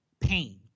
pain